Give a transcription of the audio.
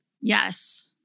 Yes